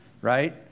right